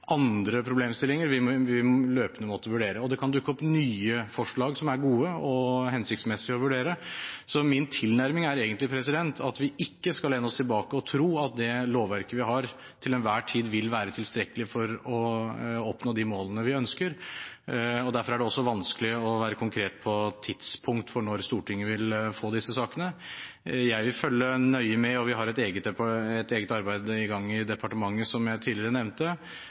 andre problemstillinger vil vi løpende måtte vurdere. Det kan også dukke opp nye forslag som er gode og hensiktsmessige å vurdere. Så min tilnærming er egentlig at vi ikke skal lene oss tilbake og tro at det lovverket vi har, til enhver tid vil være tilstrekkelig for å oppnå de målene vi ønsker. Derfor er det også vanskelig å være konkret på tidspunkt for når Stortinget vil få disse sakene. Jeg vil følge nøye med, og vi har et eget arbeid i gang i departementet, som jeg tidligere nevnte,